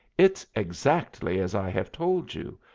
it's exactly as i have told you.